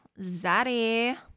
Zaddy